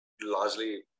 largely